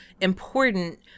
important